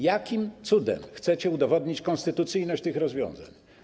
Jakim cudem chcecie udowodnić konstytucyjność tych rozwiązań?